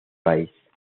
país